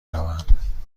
روم